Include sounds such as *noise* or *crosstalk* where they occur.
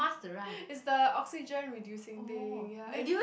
*breath* it's the oxygen reducing thing ya eh